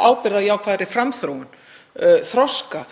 jákvæðari framþróun og þroska,